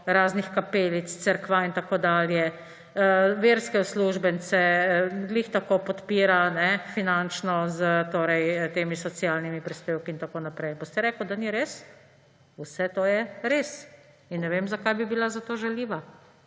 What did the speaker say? raznih kapelic, cerkva in tako dalje. Verske uslužbence glih tako podpira finančno s, torej, temi socialnimi prispevki in tako naprej. Boste rekli, da ni res? Vse to je res. In ne vem, zakaj bi bila zato žaljiva,